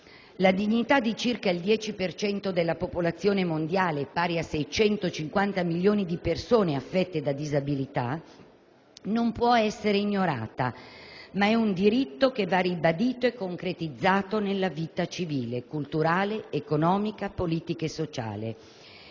La dignità di circa il 10 per cento della popolazione mondiale, pari a 650 milioni di persone affette da disabilità, non può essere ignorata, ma è un diritto che va ribadito e concretizzato nella vita civile, culturale, economica, politica e sociale.